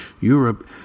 Europe